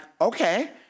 okay